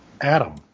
Adam